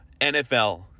NFL